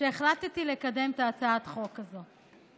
שהחלטתי לקדם את הצעת החוק הזו.